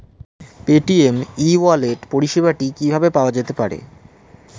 Paytm e wallet পরিষেবাটি কিভাবে পাওয়া যেতে পারে?